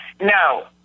No